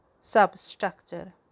substructure